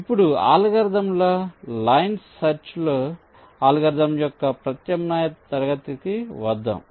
ఇప్పుడు అల్గోరిథంల line search algorithm యొక్క ప్రత్యామ్నాయ తరగతికి వద్దాం